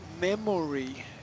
memory